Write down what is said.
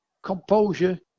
Composure